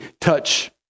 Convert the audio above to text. touch